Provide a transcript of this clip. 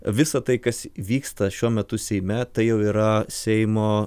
visa tai kas vyksta šiuo metu seime tai jau yra seimo